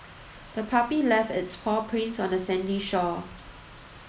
the puppy left its paw prints on the sandy shore